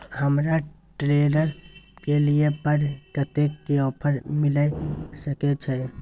हमरा ट्रेलर के लिए पर कतेक के ऑफर मिलय सके छै?